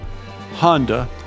Honda